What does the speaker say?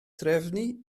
trefnu